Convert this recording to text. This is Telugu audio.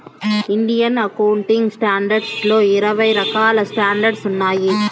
ఇండియన్ అకౌంటింగ్ స్టాండర్డ్స్ లో ఇరవై రకాల స్టాండర్డ్స్ ఉన్నాయి